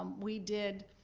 um we did,